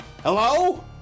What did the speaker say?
Hello